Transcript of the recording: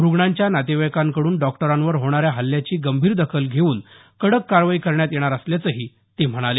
रुग्णांच्या नातेवाईकांकडून डॉक्टरांवर होणाऱ्या हल्ल्याची गंभीर दखल घेवून कडक कारवाई करण्यात येणार असल्याचं ते म्हणाले